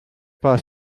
pas